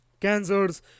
cancers